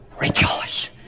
rejoice